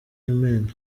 yemen